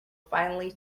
finally